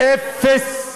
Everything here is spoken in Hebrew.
אפס.